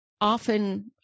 often